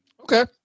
Okay